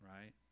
right